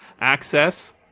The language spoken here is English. access